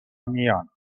میان